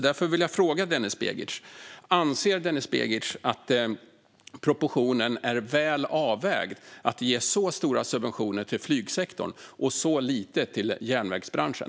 Därför vill jag fråga Denis Begic: Anser Denis Begic att proportionen är väl avvägd när man ger så stora subventioner till flygsektorn och så lite till järnvägsbranschen?